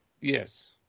Yes